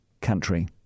country